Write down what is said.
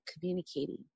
communicating